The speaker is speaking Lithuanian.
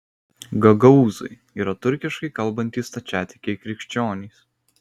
gagaūzai yra turkiškai kalbantys stačiatikiai krikščionys